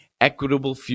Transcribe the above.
equitable